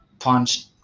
punch